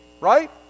Right